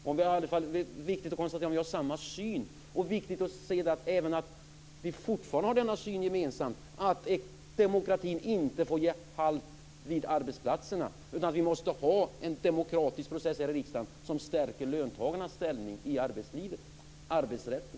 Det är i alla fall viktigt om vi kan konstatera att vi fortfarande har samma syn, att vi fortfarande har den synen gemensamt att demokratin inte får göra halt vid arbetsplatserna utan att vi måste ha en demokratisk process här i riksdagen som stärker löntagarnas ställning i arbetslivet, arbetsrätten.